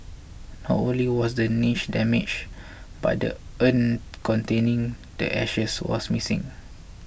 not only was the niche damaged but the urn containing the ashes was missing